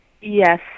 Yes